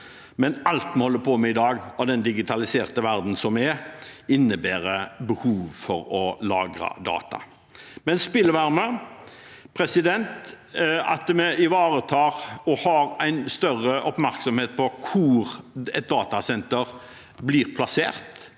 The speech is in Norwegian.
men alt vi holder på med i dag i den digitaliserte verden, innebærer behov for å lagre data. Til spillvarme: Jeg tror det er lurt at vi ivaretar og har en større oppmerksomhet på hvor et datasenter blir plassert,